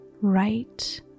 right